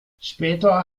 später